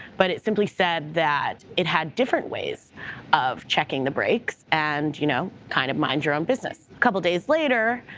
but it simply said that it had different ways of checking the brakes. and you know kind of mind your own business. a couple days later,